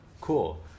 Cool